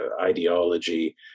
ideology